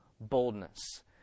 boldness